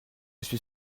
suis